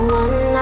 one